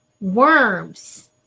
worms